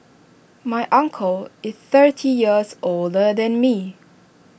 my uncle is thirty years older than me